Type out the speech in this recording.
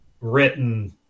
written